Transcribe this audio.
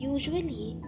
Usually